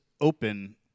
open